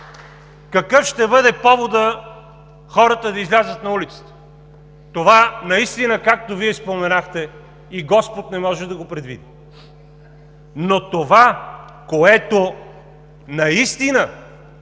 Какъв ще бъде поводът хората да излязат на улицата? Това наистина, както Вие споменахте, и Господ не може да го предвиди. Но това, което наистина